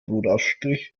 brotaufstrich